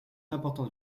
importante